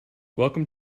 welcome